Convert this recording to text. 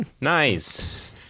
Nice